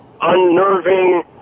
unnerving